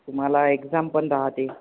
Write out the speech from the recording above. तुम्हाला एक्झामपण राहते